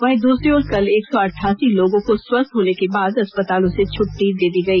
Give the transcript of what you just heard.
वहीं दूसरी ओर कल एक सौ अठासी लोगों को स्वस्थ होने के बाद अस्पतालों से छुट्टी दे दी गई